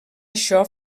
això